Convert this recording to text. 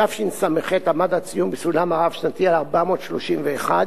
בתשס"ח היה הציון בסולם הרב-שנתי 431,